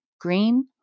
Green